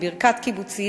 בברכת קיבוצי,